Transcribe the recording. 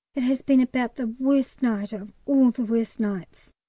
it has been about the worst night of all the worst nights.